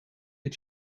het